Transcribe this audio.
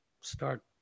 start